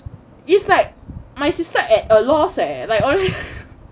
is like my sister at a loss eh like